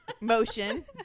motion